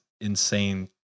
insane